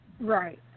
right